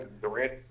Durant